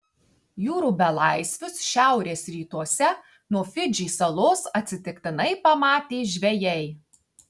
jūrų belaisvius šiaurės rytuose nuo fidžį salos atsitiktinai pamatė žvejai